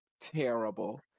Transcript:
terrible